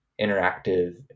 interactive